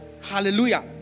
hallelujah